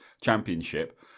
championship